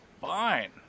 fine